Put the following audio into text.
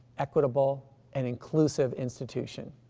equitable and inclusive institution.